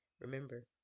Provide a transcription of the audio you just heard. Remember